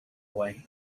away